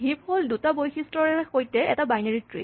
heap হ'ল দুটা বৈশিষ্টৰে সৈতে এটা বাইনেৰী ট্ৰী